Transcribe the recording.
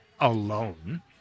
alone